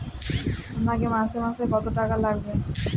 আমাকে মাসে মাসে কত টাকা লাগবে?